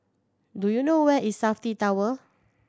do you know where is Safti Tower